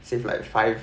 save like five